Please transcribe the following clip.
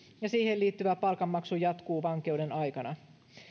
ja siihen liittyvä palkanmaksu jatkuu vankeuden aikana